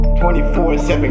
24-7